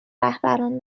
رهبران